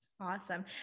Awesome